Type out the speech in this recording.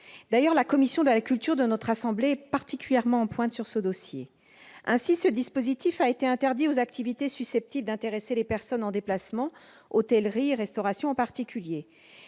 D'ailleurs, la commission de la culture de notre assemblée a été particulièrement en pointe sur ce dossier. Ainsi, ce dispositif a été interdit aux activités susceptibles d'intéresser les personnes en déplacement, l'hôtellerie et la restauration en particulier.